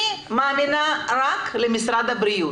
אני מאמינה רק למשרד הבריאות.